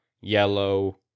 yellow